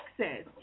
Texas